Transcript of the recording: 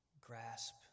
grasp